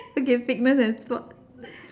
okay fitness and sport